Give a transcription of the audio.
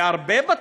איפה?